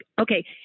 Okay